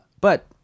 But-